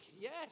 Yes